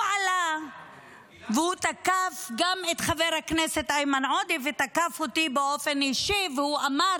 הוא עלה ותקף גם את חבר הכנסת איימן עודה ותקף אותי באופן אישי ואמר